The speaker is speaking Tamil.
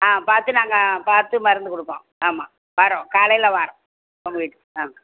ஆ பார்த்து நாங்கள் பார்த்து மருந்து கொடுப்போம் ஆமாம் வாரோம் காலையில் வாரோம் உங்கள் வீட் ஆ